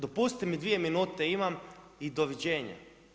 Dopustite mi dvije minute imam i doviđenja.